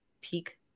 peak